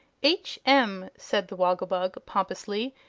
h. m, said the woggle-bug, pompously,